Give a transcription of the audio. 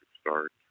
start